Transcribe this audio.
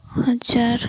ହଜାର